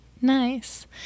Nice